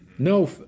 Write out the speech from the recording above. No